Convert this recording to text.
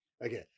Again